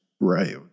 Right